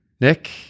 Nick